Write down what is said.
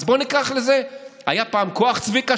היה פעם כוח צביקה,